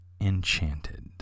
Enchanted